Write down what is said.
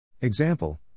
Example